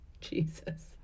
Jesus